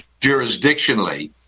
jurisdictionally